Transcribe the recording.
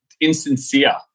insincere